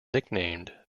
nicknamed